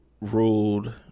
ruled